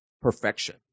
perfection